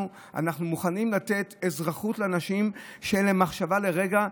אנחנו מוכנים לתת אזרחות לאנשים שאין להם מחשבה לרגע?